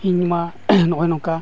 ᱤᱧᱢᱟ ᱱᱚᱜᱼᱚᱭ ᱱᱚᱝᱠᱟ